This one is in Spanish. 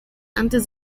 antes